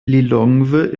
lilongwe